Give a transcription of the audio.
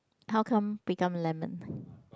how come become lemon